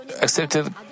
accepted